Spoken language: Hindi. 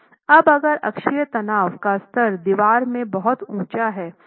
अब अगर अक्षीय तनाव का स्तर दीवार में बहुत ऊंचा है